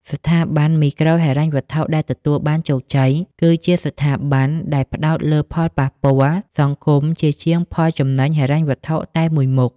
ស្ថាប័នមីក្រូហិរញ្ញវត្ថុដែលទទួលបានជោគជ័យ គឺជាស្ថាប័នដែលផ្ដោតលើផលប៉ះពាល់សង្គមជាជាងផលចំណេញហិរញ្ញវត្ថុតែមួយមុខ។